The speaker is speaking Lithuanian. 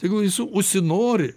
tegu jis užsinori